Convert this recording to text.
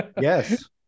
Yes